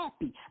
happy